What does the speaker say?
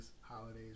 holidays